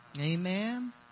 Amen